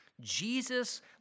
Jesus